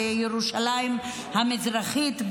בירושלים המזרחית,